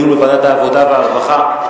לדיון בוועדת העבודה והרווחה.